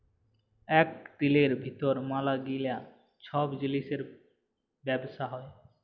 ইক দিলের ভিতর ম্যালা গিলা ছব জিলিসের ব্যবসা হ্যয়